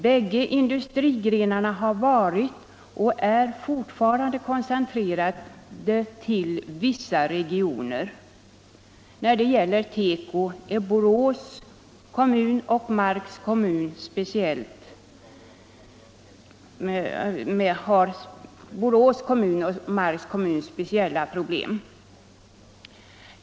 Bägge industrigrenarna har varit och är fortfarande koncentrerade till vissa regioner. När det gäller tekoindustrin har Borås kommun och Marks kommun speciella problem.